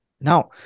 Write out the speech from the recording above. Now